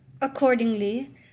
Accordingly